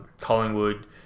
Collingwood